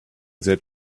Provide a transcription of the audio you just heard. that